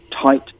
tight